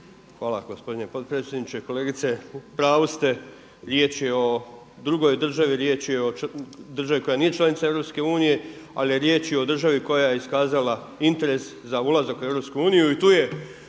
Hvala gospodine potpredsjedniče. Kolegice u pravu ste, riječ je o drugoj državi, riječ je o državi koja nije članica EU, ali i riječ je o državi koja je iskazala interes za ulazak u EU